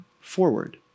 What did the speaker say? forward